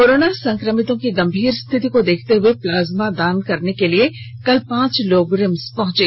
corona संक्रमितों की गंभीर स्थिति को देखते हुए प्लाज्मा दान करने के लिए कल पांच लोग रिम्स पहुंचे